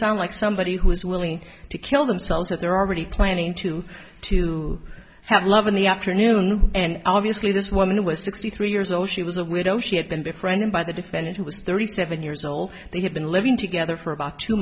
sound like somebody who is willing to kill themselves if they're already planning to to have love in the afternoon and obviously this woman was sixty three years old she was a widow she had been befriended by the defendant who was thirty seven years old they had been living together for about two